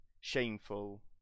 shameful